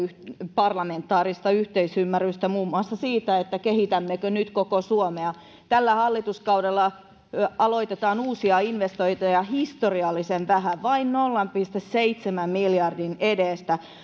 parlamentaarista yhteisymmärrystä muun muassa siitä kehitämmekö nyt koko suomea tällä hallituskaudella aloitetaan uusia investointeja historiallisen vähän vain nolla pilkku seitsemän miljardin edestä